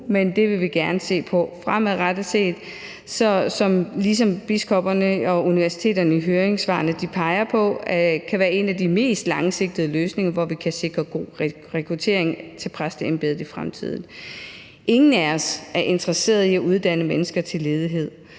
men det vil vi gerne se på fremadrettet, for som biskopperne og universiteterne peger på i høringssvarene, kan det være en af de mest langsigtede løsninger, hvor vi kan sikre god rekruttering til præsidentembedet i fremtiden. Ingen af os er interesseret i at uddanne mennesker til ledighed,